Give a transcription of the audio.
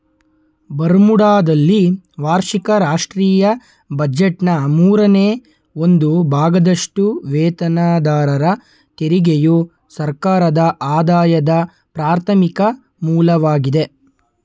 ಬರ್ಮುಡಾದಲ್ಲಿ ವಾರ್ಷಿಕ ರಾಷ್ಟ್ರೀಯ ಬಜೆಟ್ನ ಮೂರನೇ ಒಂದು ಭಾಗದಷ್ಟುವೇತನದಾರರ ತೆರಿಗೆಯು ಸರ್ಕಾರದಆದಾಯದ ಪ್ರಾಥಮಿಕ ಮೂಲವಾಗಿದೆ